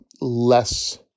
less